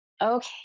Okay